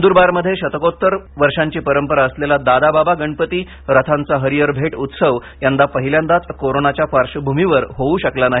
नंदूरबारमध्ये शत्तकोत्तर वर्षांची पंरपरा असलेला दादा बाबा गणपती रथांचा हरिहर भेट उत्सव यंदा पहिल्यांदाच कोरोनाच्या पार्श्वभुमीवर होवु शकला नाही